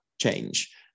change